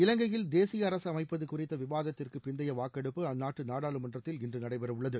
இலங்கையில் தேசிய அரசு அமைப்பது குறித்த விவாதத்திற்கு பிந்தைய வாக்கெடுப்பு அந்நாட்டு நாடாளுமன்றத்தில் இன்று நடைபெறவுள்ளது